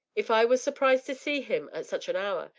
if i was surprised to see him at such an hour,